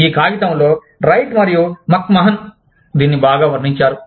ఈ కాగితంలో రైట్ మరియు మక్ మహన్ దీనిని బాగా వర్ణించారు